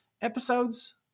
episodes